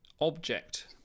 object